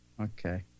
Okay